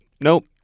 Nope